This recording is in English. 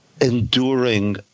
enduring